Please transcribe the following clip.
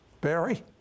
Barry